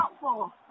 helpful